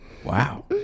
wow